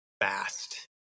fast